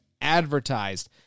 advertised